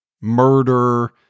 murder